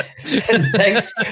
Thanks